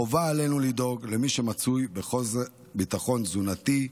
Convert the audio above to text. חובה עלינו לדאוג למי שמצוי בחוסר ביטחון תזונתי.